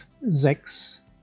sechs